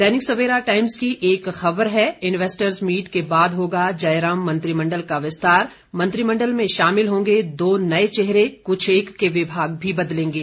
दैनिक Savera times की एक खबर है इन्वैस्टर्स मीट के बाद होगा जयराम मंत्रिमण्डल का विस्तार मंत्रिमण्डल में शामिल होंगे दो नए चेहरे कुछेक के विभाग भी बदलेंगे